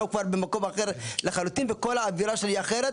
הוא כבר במקום אחר לחלוטין וכל האווירה שם היא אחרת.